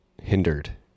hindered